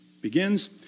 begins